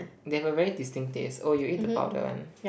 they have a very distinct taste oh you eat the powder one